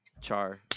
Char